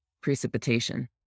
precipitation